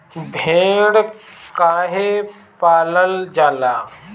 भेड़ काहे पालल जाला?